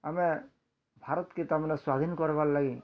ଆମେ ଭାରତ କେ ତା ମାନେ ସ୍ୱାଧୀନ କର୍ବାର୍ ଲାଗି